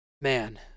Man